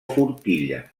forquilla